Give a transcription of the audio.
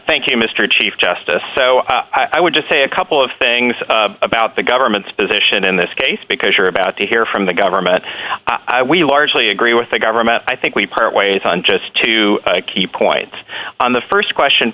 thank you mr chief justice so i would just say a couple of things about the government's position in this case because you're about to hear from the government i we largely agree with the government i think we part ways on just two key points on the st question